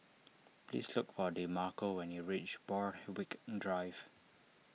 please look for Demarco when you reach Borthwick in Drive